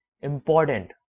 important